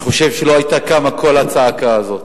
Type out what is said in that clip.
אני חושב שלא היתה קמה כל הצעקה הזאת.